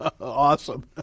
Awesome